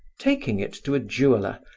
taking it to a jeweler,